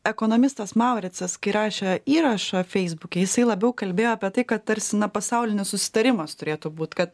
ekonomistas mauricas kai rašė įrašą feisbuke jisai labiau kalbėjo apie tai kad tarsi na pasaulinis susitarimas turėtų būt kad